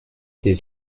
des